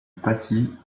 passy